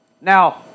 Now